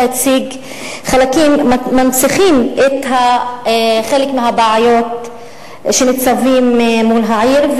הציג מנציחים חלק מהבעיות שניצבות מול העיר,